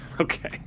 Okay